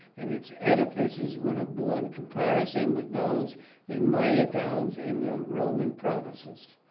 and its edifices would have borne comparison with those in minor towns in the roman provinces.